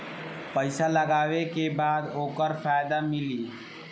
पइसा लगावे के बाद ओकर फायदा मिली